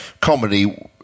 comedy